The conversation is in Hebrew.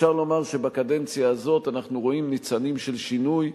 אפשר לומר שבקדנציה הזאת אנחנו רואים ניצנים של שינוי.